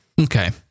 Okay